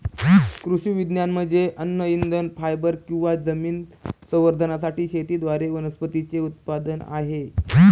कृषी विज्ञान म्हणजे अन्न इंधन फायबर किंवा जमीन संवर्धनासाठी शेतीद्वारे वनस्पतींचे उत्पादन आहे